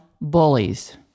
bullies